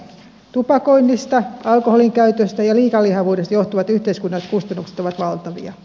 tupakoinnista alkoholin käytöstä ja liikalihavuudesta johtuvat yhteiskunnalliset kustannukset ovat valtavia